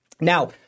Now